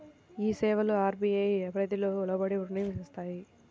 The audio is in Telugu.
ఈ సేవలు అర్.బీ.ఐ పరిధికి లోబడి పని చేస్తాయా?